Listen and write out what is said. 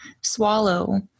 swallow